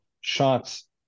shots